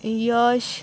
यश